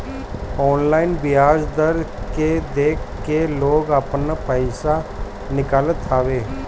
online बियाज दर के देख के लोग आपन पईसा निकालत हवे